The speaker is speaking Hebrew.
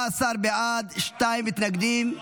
16 בעד, שני מתנגדים.